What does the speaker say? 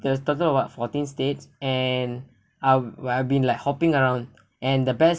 the total of what fourteen states and I I have been like hopping around and the best